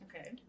Okay